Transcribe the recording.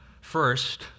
first